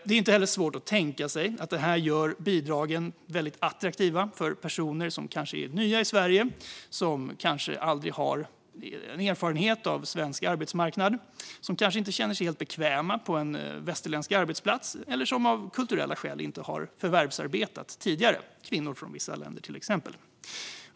Det är inte heller svårt att tänka sig att det gör bidragen väldigt attraktiva för personer som kanske är nya i Sverige, som kanske inte har någon erfarenhet av svensk arbetsmarknad, som kanske inte känner sig helt bekväma på en västerländsk arbetsplats eller som av kulturella skäl inte förvärvsarbetat tidigare, kvinnor från vissa länder, till exempel.